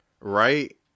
right